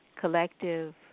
collective